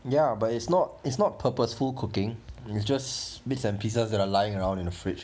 ya but it's not it's not purposeful cooking it's just bits and pieces that are lying around in the fridge